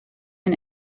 and